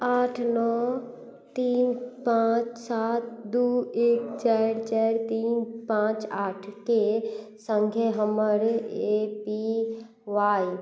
आठ नओ तीन पाँच सात दुइ एक चारि चारि तीन पाँच आठके सङ्गे हमर ए पी वाइ